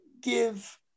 give